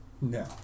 No